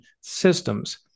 systems